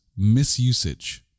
misusage